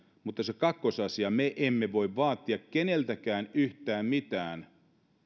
mutta se kakkosasia me emme voi vaatia keneltäkään yhtään mitään